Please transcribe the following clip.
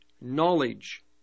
knowledge